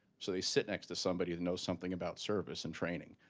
so they sit next to somebody who knows something about service and training.